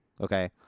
okay